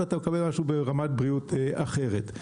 ואתה מקבל משהו ברמת בריאות אחרת.